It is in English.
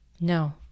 No